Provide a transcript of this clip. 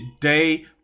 day